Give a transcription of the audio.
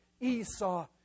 Esau